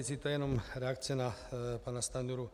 To je jenom reakce na pana Stanjuru.